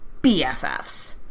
BFFs